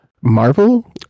Marvel